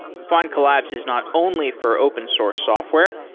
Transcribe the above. find collabs is not only for open source software.